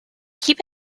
keep